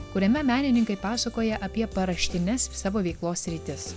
kuriame menininkai pasakoja apie paraštines savo veiklos sritis